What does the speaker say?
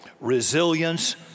resilience